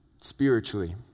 spiritually